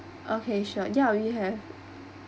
okay sure ya we have